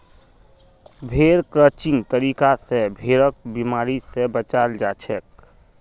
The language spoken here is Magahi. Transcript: भेड़ क्रचिंग तरीका स भेड़क बिमारी स बचाल जाछेक